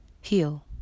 heal